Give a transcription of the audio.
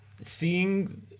seeing